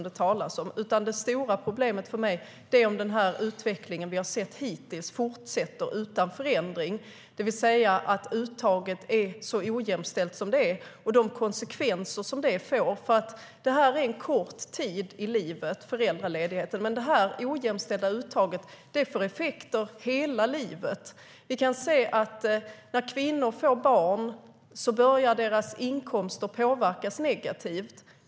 Det stora problemet för mig är om den utveckling som vi har sett hittills fortsätter, det vill säga att uttaget är så ojämställt som det är och de konsekvenser som det får. Föräldraledigheten rör sig om en kort tid i livet, men det ojämställda uttaget får effekter hela livet. När kvinnor får barn börjar deras inkomster att påverkas negativt.